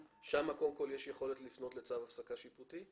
שם יש יכולת לפנות לצו הפסקה שיפוטי?